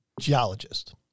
geologist